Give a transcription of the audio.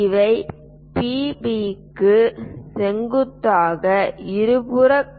இவை பிபிக்கு செங்குத்தாக இருபுற கோடுகள்